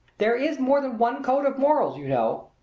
there is more than one code of morals, you know.